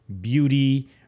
beauty